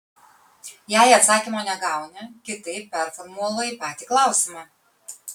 jei atsakymo negauni kitaip performuluoji patį klausimą